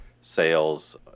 sales